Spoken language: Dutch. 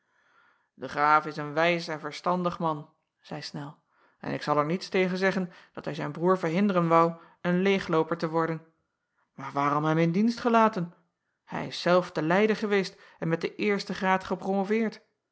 e raaf is een wijs en verstandig man zeî nel en ik zal er niets tegen zeggen dat hij zijn broêr verhinderen woû een leêglooper te worden maar waarom hem in dienst gelaten hij is zelf te eyden geweest en met den eersten graad gepromoveerd